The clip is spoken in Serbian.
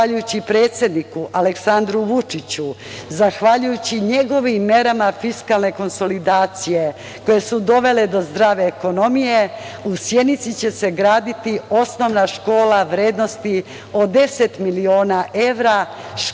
zahvaljujući predsedniku Aleksandru Vučiću, zahvaljujući njegovim merama fiskalne konsolidacije koje su dovele do zdrave ekonomije, u Sjenici će se graditi osnovna škola vrednosti od 10 miliona evra, škola